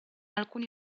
alcuni